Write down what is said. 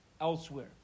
elsewhere